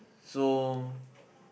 so